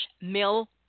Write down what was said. mill